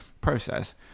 process